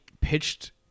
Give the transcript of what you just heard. pitched